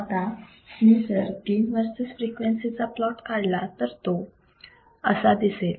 आता मी जर गेन वर्सेस फ्रिक्वेन्सी चा प्लॉट काढला तर तो असा दिसेल